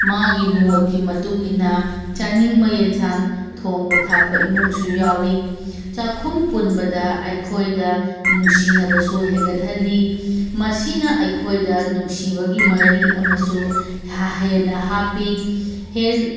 ꯃꯥꯒꯤ ꯃꯣꯠꯀꯤ ꯃꯇꯨꯡꯏꯟꯅ ꯆꯥꯅꯤꯡꯕ ꯌꯦꯟꯁꯥꯡ ꯊꯣꯡꯕ ꯊꯥꯛꯄ ꯏꯃꯨꯡꯁꯨ ꯌꯥꯎꯏ ꯆꯥꯛꯈꯨꯝ ꯄꯨꯟꯕꯗ ꯑꯩꯈꯣꯏꯗ ꯅꯨꯡꯁꯤꯅꯕꯁꯨ ꯍꯦꯟꯒꯠꯍꯜꯂꯤ ꯃꯁꯤꯅ ꯑꯩꯈꯣꯏꯗ ꯅꯨꯡꯁꯤꯕꯒꯤ ꯃꯔꯤ ꯑꯃꯁꯨ ꯍꯦꯟꯅ ꯍꯥꯞꯄꯤ ꯍꯦꯟ